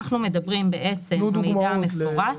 אנחנו מדברים על מידע מפורט,